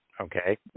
Okay